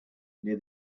near